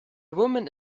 woman